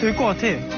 gotten